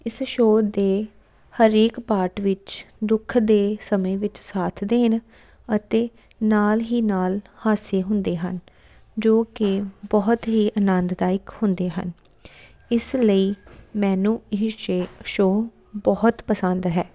ਇਸ ਸ਼ੋਅ ਦੇ ਹਰੇਕ ਪਾਰਟ ਵਿੱਚ ਦੁੱਖ ਦੇ ਸਮੇਂ ਵਿੱਚ ਸਾਥ ਦੇਣ ਅਤੇ ਨਾਲ ਹੀ ਨਾਲ ਹਾਸੇ ਹੁੰਦੇ ਹਨ ਜੋ ਕਿ ਬਹੁਤ ਹੀ ਆਨੰਦਦਾਇਕ ਹੁੰਦੇ ਹਨ ਇਸ ਲਈ ਮੈਨੂੰ ਇਹ ਸ਼ੇ ਸ਼ੋਅ ਬਹੁਤ ਪਸੰਦ ਹੈ